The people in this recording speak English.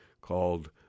called